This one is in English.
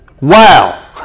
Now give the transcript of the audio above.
Wow